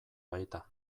baita